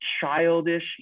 childish